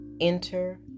Enter